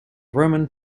roman